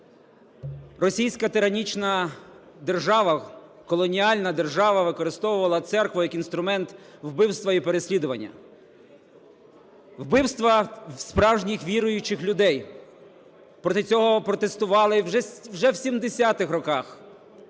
Російська тиранічна держава, колоніальна держава використовувала церкву як інструмент вбивства і переслідування, вбивства справжніх віруючих людей. Проти цього протестували вже в 70-х роках